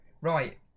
Right